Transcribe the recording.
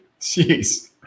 Jeez